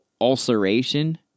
ulceration